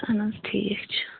اہن حظ ٹھیٖک چھُ